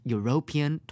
European